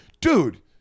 Dude